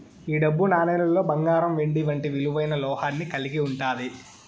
ఈ డబ్బు నాణేలులో బంగారం వెండి వంటి విలువైన లోహాన్ని కలిగి ఉంటాది